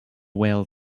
whale